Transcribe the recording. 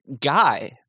Guy